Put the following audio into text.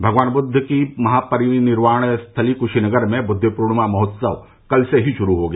भगवान बुद्व की महापरिनिर्वाण स्थली कुशीनगर में बुद्व पूर्णिमा महोत्सव कल से ही शुरू हो गया